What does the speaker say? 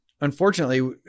unfortunately